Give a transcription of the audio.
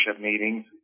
meetings